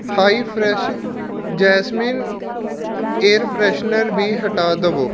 high fresh jasmine air freshener ਵੀ ਹਟਾ ਦਵੋ